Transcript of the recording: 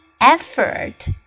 effort